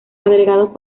agregados